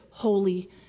holy